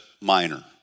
Minor